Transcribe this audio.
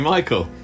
Michael